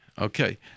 Okay